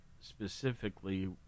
specifically